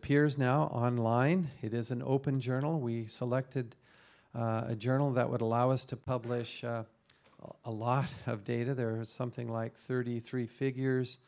appears now online it is an open journal we selected a journal that would allow us to publish a lot of data there is something like thirty three figures